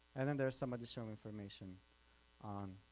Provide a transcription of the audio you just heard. and and there's some additional information on